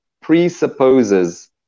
presupposes